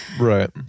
Right